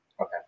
Okay